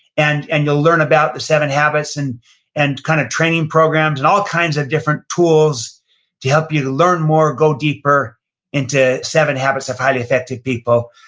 and and you'll learn about the seven habits, and and kind of training programs, and all kinds of different tools to help you to learn more, go deeper into seven habits of highly effective people,